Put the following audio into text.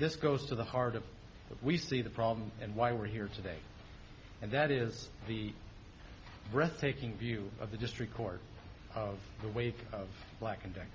this goes to the heart of the we see the problem and why we're here today and that is the breathtaking view of the district court of the wave of black and decker